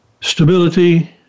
stability